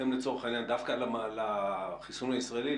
דווקא לחיסון הישראלי,